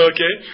Okay